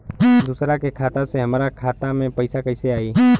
दूसरा के खाता से हमरा खाता में पैसा कैसे आई?